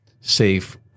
safe